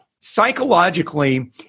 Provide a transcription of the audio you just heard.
psychologically